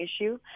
issue